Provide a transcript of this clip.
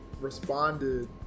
responded